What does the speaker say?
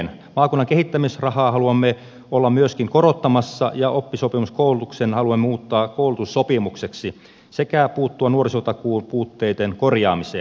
myöskin maakunnan kehittämisrahaa haluamme olla korottamassa ja oppisopimuskoulutuksen haluamme muuttaa koulutussopimukseksi sekä puuttua nuorisotakuun puutteiden korjaamiseen